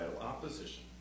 Opposition